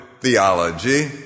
theology